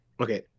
okay